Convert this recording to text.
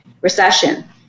recession